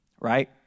Right